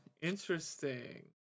Interesting